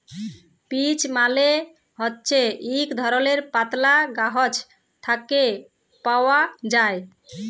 peach মালে হছে ইক ধরলের পাতলা গাহাচ থ্যাকে পাউয়া যায়